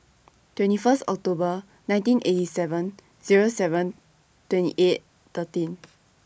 twenty First October nineteen eighty seven Zero seven twenty eight thirteen